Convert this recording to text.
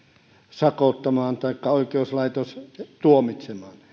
sakottamaan taikka oikeuslaitos tuomitsemaan